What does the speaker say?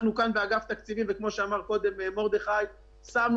אנחנו כאן באגף התקציבים כפי שאמר קודם מרדכי כהן שמנו